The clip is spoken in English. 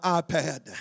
iPad